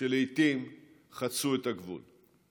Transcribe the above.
שלעיתים חצו את הגבול.